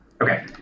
Okay